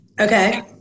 Okay